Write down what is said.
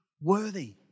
worthy